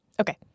Okay